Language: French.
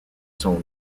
sont